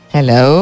Hello